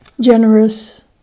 generous